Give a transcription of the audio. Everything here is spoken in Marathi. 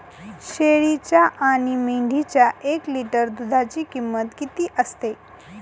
शेळीच्या आणि मेंढीच्या एक लिटर दूधाची किंमत किती असते?